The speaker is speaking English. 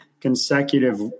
consecutive